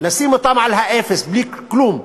בלי כלום,